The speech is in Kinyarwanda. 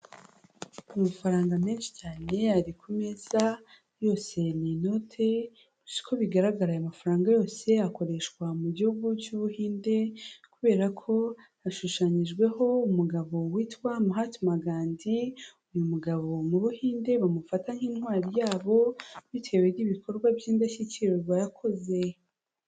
Amafaranga menshi cyane ari ku meza yose ni inote, gusa uko bigaragara aya mafaranga yose akoreshwa mu gihugu cy'Ubuhinde, kubera ko hashushanyijweho umugabo witwa Mahatma Gandhi. Uyu mugabo mu Buhinde bamufata nk'intwari yabo, bitewe n'ibikorwa by'indashyikirwa yakoze.